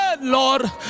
Lord